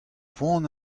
poan